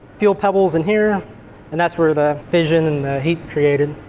fuel pebbles in here and that's where the fission and the heat created.